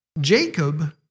Jacob